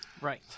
Right